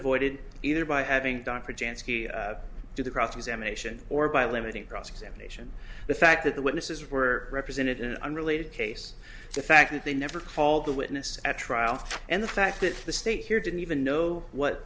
avoided either by having dr jan ski do the cross examination or by limiting cross examination the fact that the witnesses were represented in an unrelated case the fact that they never called the witness at trial and the fact that the state here didn't even know what